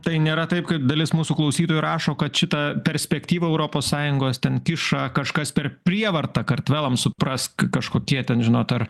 tai nėra taip kaip dalis mūsų klausytojų rašo kad šitą perspektyvą europos sąjungos ten kiša kažkas per prievartą kartvelams suprask kažkokie ten žinot ar